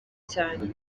cyane